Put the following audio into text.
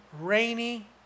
rainy